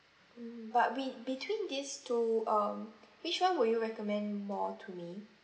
but with between these two um which [one] would you recommend more to me